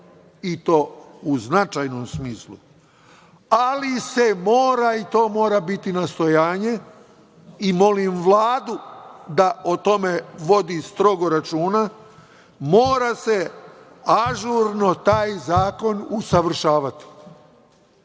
i to u značajnom smislu. Ali, se mora, i to mora biti nastojanje i molim Vladu da o tome strogo vodi računa, mora se ažurno taj zakon usavršavati.